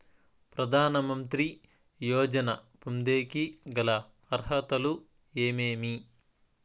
ప్రధాన మంత్రి యోజన పొందేకి గల అర్హతలు ఏమేమి?